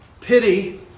pity